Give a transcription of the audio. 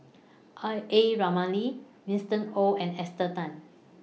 A Ramli Winston Oh and Esther Tan